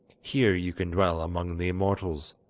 here you can dwell among the immortals